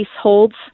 holds